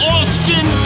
Austin